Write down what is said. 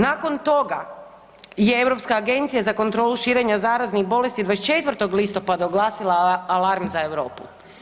Nakon toga je Europska agencija za kontrolu širenja zaraznih bolesti 24. listopada oglasila alarm za Europu.